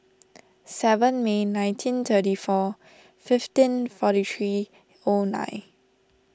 seven May nineteen thirty four fifteen forty three O nine